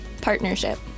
partnership